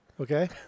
Okay